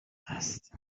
هست